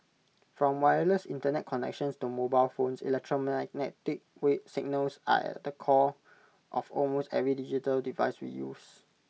from wireless Internet connections to mobile phones electromagnetic signals are at the core of almost every digital device we use